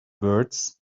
birds